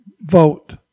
Vote